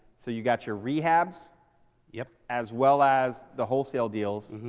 so you got your rehabs yep. as well as the wholesale deals.